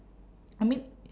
I mean